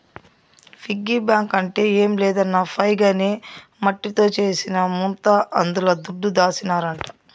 piggy bank అంటే ఏం లేదన్నా పైగ్ అనే మట్టితో చేసిన ముంత అందుల దుడ్డు దాసినారంట